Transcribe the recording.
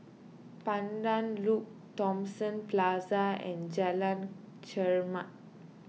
Pandan Loop Thomson Plaza and Jalan Chermat